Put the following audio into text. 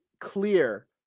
clear